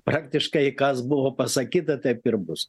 praktiškai kas buvo pasakyta taip ir bus